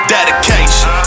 Dedication